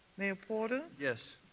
mayor porter yes.